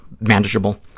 manageable